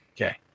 Okay